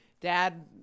dad